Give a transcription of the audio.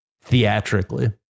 theatrically